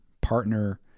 partner